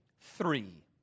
three